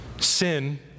Sin